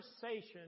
conversation